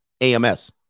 AMS